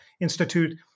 Institute